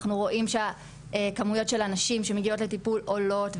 אנחנו רואים שהכמויות של הנשים שמגיעות לטיפול עולות,